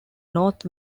north